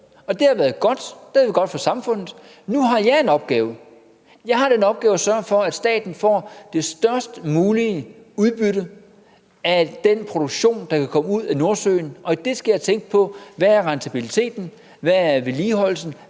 det har været godt for samfundet. Nu har jeg en opgave. Jeg har den opgave at sørge for, at staten får det størst mulige udbytte af den produktion, der kan komme ud af Nordsøen, og der skal jeg tænke på: Hvad er rentabiliteten, hvad er vedligeholdelsen,